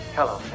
Hello